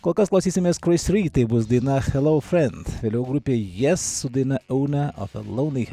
kol kas klausysimės kris ry tai bus daina helou fried vėliau grupė jes su daina aune of e launi hat